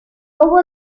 hubo